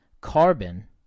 carbon